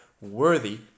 worthy